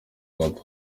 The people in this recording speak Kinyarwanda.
hot